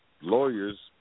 lawyers